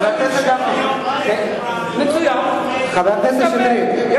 חבר הכנסת שטרית,